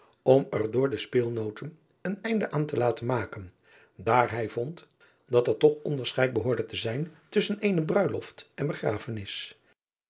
om er door de speelnooten een einde aan te laten maken daar hij vond driaan oosjes zn et leven van aurits ijnslager dat er toch onderscheid behoorde te zijn tusschen eene bruilost en begrafenis